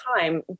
time